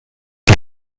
die